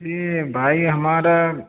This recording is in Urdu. یہ بھائی ہمارا